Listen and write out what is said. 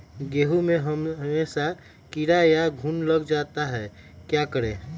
गेंहू में हमेसा कीड़ा या घुन लग जाता है क्या करें?